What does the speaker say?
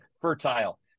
fertile